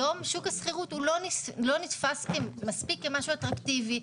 היום שוק השכירות לא נתפס כמשהו אטרקטיבי.